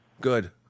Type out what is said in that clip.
Good